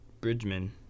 Bridgman